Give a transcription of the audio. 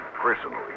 personally